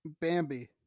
Bambi